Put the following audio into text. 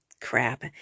crap